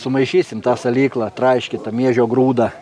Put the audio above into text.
sumaišysim tą salyklą traiškytą miežio grūdą